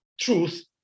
truth